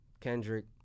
Kendrick